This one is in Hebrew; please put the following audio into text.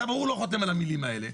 אתה ברור לא חותם על המילים האלה.